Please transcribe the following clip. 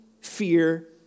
fear